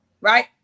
right